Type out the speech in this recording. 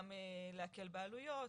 גם להקל בעלויות,